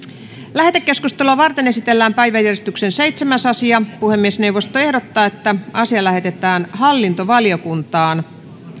lähetekeskustelua varten esitellään päiväjärjestyksen seitsemäs asia puhemiesneuvosto ehdottaa että asia lähetetään hallintovaliokuntaan